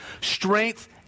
strength